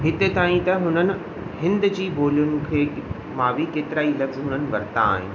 हिते ताईं त हुननि हिंद जी ॿोलियुनि खे मां बि केतिरा ई लफ़्ज़ हुननि वरिता आहिनि